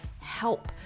help